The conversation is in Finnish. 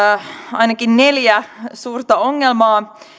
ainakin neljä suurta ongelmaa